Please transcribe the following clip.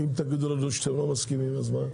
אם תגידו לנו שאתם לא מסכימים אז מה?